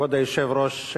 כבוד היושב-ראש,